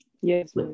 Yes